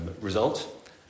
result